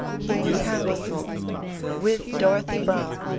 he was happy with dorothy browne,